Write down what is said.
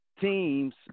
teams